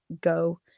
go